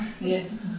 Yes